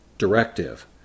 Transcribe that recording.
Directive